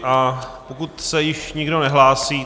A pokud se již nikdo nehlásí...